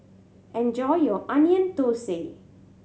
enjoy your Onion Thosai